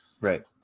Right